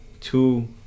two